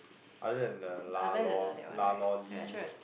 other than the lah lor lah lor Lee